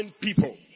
people